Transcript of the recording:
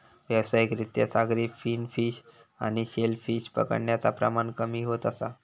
व्यावसायिक रित्या सागरी फिन फिश आणि शेल फिश पकडण्याचा प्रमाण कमी होत असा